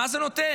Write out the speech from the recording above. מה זה נותן?